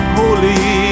holy